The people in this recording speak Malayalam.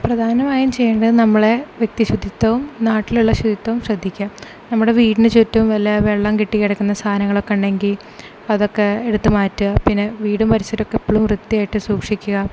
പ്രധാനമായും ചെയ്യേണ്ട നമ്മളെ വ്യക്തി ശുചിത്വവും നാട്ടിലുള്ള ശുചിത്വവും ശ്രദ്ധിക്കുക നമ്മുടെ വീടിന് ചുറ്റും വല്ല വെള്ളം കെട്ടി കിടക്കുന്ന സാധനങ്ങളൊക്കെ ഉണ്ടെങ്കി ൽ അതൊക്കെ എടുത്തു മാറ്റുക പിന്നെ വീടും പരിസരമൊക്കെ എപ്പോഴും വൃത്തിയായിട്ട് സൂക്ഷിക്കുക